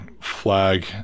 flag